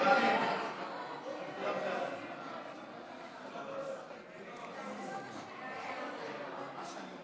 בעליו או המחזיק בו, התשע"ח 2018, נתקבלה.